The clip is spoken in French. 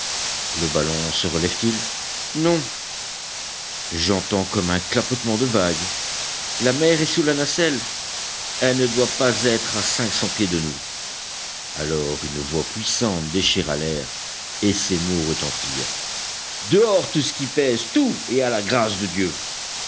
le ballon se relève t il non j'entends comme un clapotement de vagues la mer est sous la nacelle elle ne doit pas être à cinq cents pieds de nous alors une voix puissante déchira l'air et ces mots retentirent dehors tout ce qui pèse tout et à la grâce de dieu